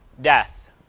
death